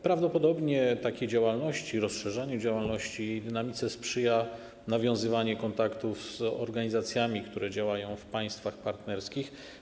Prawdopodobnie takiej działalności, rozszerzaniu działalności i dynamice sprzyja nawiązywanie kontaktów z organizacjami, które działają w państwach partnerskich.